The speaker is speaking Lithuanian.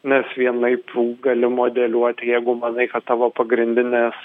nes vienaip gali modeliuot jeigu manai kad tavo pagrindinė